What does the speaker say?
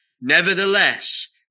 Nevertheless